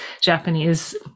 Japanese